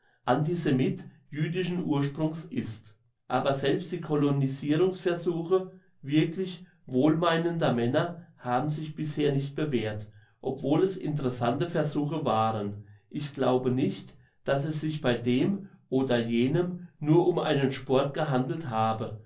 wohlthäter verkleideter antisemit jüdischen ursprungs ist aber selbst die colonisirungsversuche wirklich wohlmeinender männer haben sich bisher nicht bewährt obwohl es interessante versuche waren ich glaube nicht dass es sich dem oder jenem nur um einen sport gehandelt habe